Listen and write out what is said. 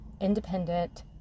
independent